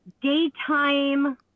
daytime